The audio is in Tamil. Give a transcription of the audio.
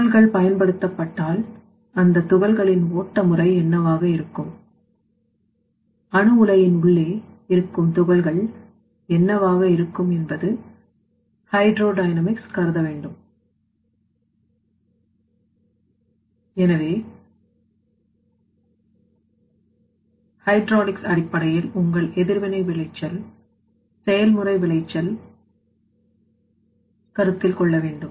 துகள்கள் பயன்படுத்தப்பட்டால் அந்த துகள்களின் ஓட்ட முறை என்னவாக இருக்கும் அணு உலையின் உள்ளே இருக்கும் துகள்கள் என்னவாக இருக்கும் என்பது ஹைட்ரோ டைனமிக்ஸ் கருதப்பட வேண்டும் எனவே ஹைட்ராலிக்ஸ் அடிப்படையில் உங்கள் எதிர்வினை விளைச்சல் செயல்முறை விளைச்சல் கருத்தில் கொள்ள வேண்டும்